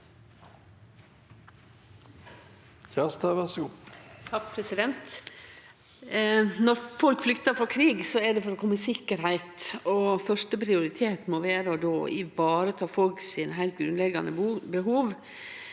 Når folk flyk- tar frå krig, er det for å kome i sikkerheit. Fyrste prioritet må då vere å ivareta folks heilt grunnleggjande behov.